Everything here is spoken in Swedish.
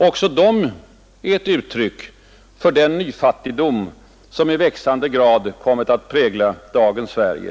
Också de är ett uttryck för den nyfattigdom som i växande grad kommit att prägla dagens Sverige.